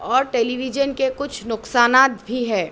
اور television کے کچھ نقصانات بھی ہے